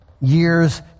years